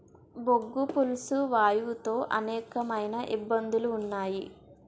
బొగ్గు పులుసు వాయువు తో అనేకమైన ఇబ్బందులు ఉన్నాయి